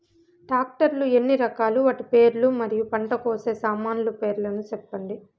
Tractor లు ఎన్ని రకాలు? వాటి పేర్లు మరియు పంట కోసే సామాన్లు పేర్లను సెప్పండి?